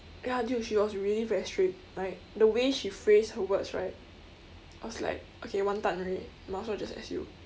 ya dude she was really very strict like the way she phrase her words right was like okay 完蛋 already might as well just S_U